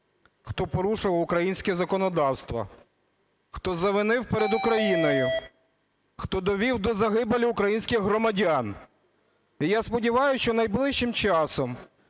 хто порушував українське законодавство, хто завинив перед Україною, хто довів до загибелі українських громадян. І я сподіваюся, що найближчим часом